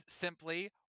simply